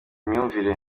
imyumvire